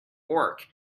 work